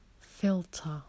filter